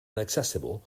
inaccessible